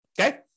okay